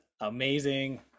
amazing